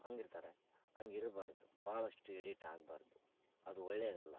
ಹಂಗಿರ್ತಾರೆ ಹಂಗ್ ಇರಬಾರ್ದು ಭಾಳಷ್ಟು ಎಡಿಟ್ ಆಗಬಾರ್ದು ಅದು ಒಳ್ಳೆಯದಲ್ಲ